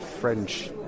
French